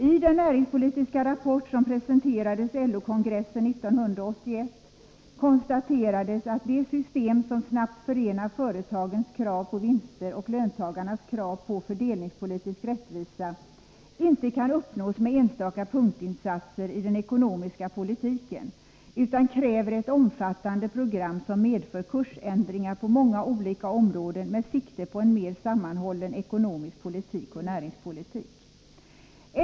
I den näringspolitiska rapport som presenterades LO-kongressen 1981 konstaterades att det system som snabbt förenar företagens krav på vinster och löntagarnas krav på fördelningspolitisk rättvisa inte kan uppnås med enstaka punktinsatser i den ekonomiska politiken, utan kräver ett omfattande program som medför kursändringar på många olika områden med sikte på en mer sammanhållen ekonomisk politik och näringspolitik.